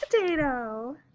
potato